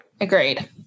Agreed